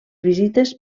visites